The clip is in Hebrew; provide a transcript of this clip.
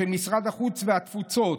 של משרד החוץ והתפוצות,